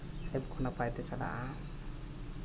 ᱱᱟᱯᱟᱭ ᱛᱮ ᱪᱟᱞᱟᱜᱼᱟ